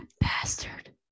bastard